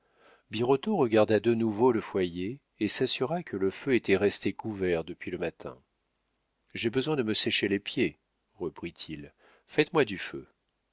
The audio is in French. birotteau regarda de nouveau le foyer et s'assura que le feu était resté couvert depuis le matin j'ai besoin de me sécher les pieds reprit-il faites-moi du feu